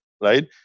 right